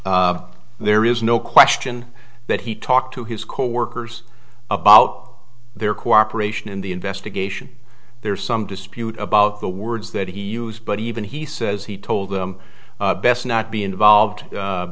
there is no question that he talked to his coworkers about their cooperation in the investigation there's some dispute about the words that he used but even he says he told them best not be involved